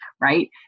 right